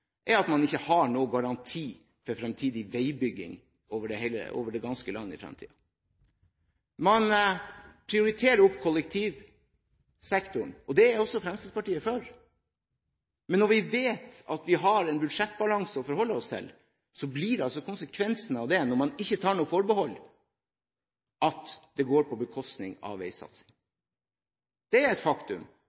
er at man ikke har noen garanti for fremtidig veibygging over det ganske land. Man prioriterer kollektivsektoren, og det er også Fremskrittspartiet for. Men når vi vet at vi har en budsjettbalanse å forholde oss til, blir konsekvensen av det – når man ikke tar noe forbehold – at det går på bekostning av veisatsingen. Det er et faktum